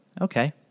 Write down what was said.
Okay